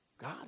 God